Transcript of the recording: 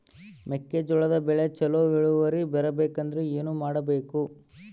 ಮೆಕ್ಕೆಜೋಳದ ಬೆಳೆ ಚೊಲೊ ಇಳುವರಿ ಬರಬೇಕಂದ್ರೆ ಏನು ಮಾಡಬೇಕು?